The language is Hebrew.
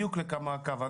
זה בדיוק מה שקורה,